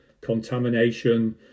contamination